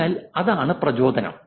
അതിനാൽ അതാണ് പ്രചോദനം